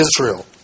Israel